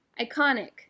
iconic